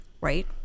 Right